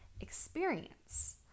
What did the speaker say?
experience